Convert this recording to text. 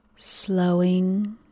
Slowing